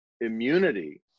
immunity